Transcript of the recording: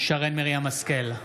שרן מרים השכל,